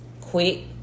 quit